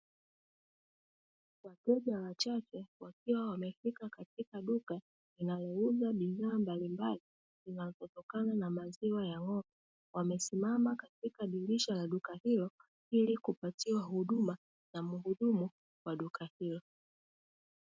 Wateja wachache wakiwa wamefika katika duka linalouza bidhaa mbalimbali zinazotokana na maziwa ya ng'ombe; wamesimama katika dirisha la duka hilo ili kupatiwa huduma na mhudumu wa duka hilo.